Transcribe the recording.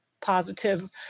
positive